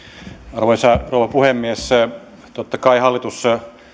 arvoisa rouva puhemies totta kai hallitus